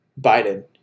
Biden